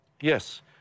Yes